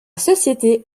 société